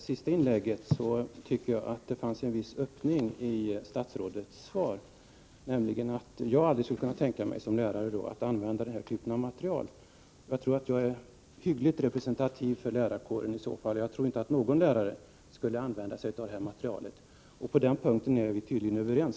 Herr talman! Statsrådets sista inlägg tycker jag faktiskt ger en viss öppning. Han utgick från att jag som lärare aldrig skulle kunna tänka mig att använda denna typ av material. Jag antar att jag i så fall är hyggligt representativ för lärarkåren. Jag tror inte att någon lärare skulle använda sig av detta material. På den punkten är vi nu tydligen överens.